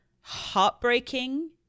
heartbreaking